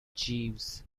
jeeves